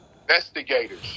investigators